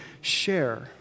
share